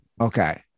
Okay